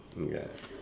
ya